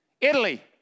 Italy